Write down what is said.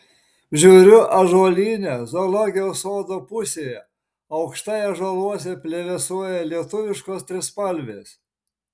žiūriu ąžuolyne zoologijos sodo pusėje aukštai ąžuoluose plevėsuoja lietuviškos trispalvės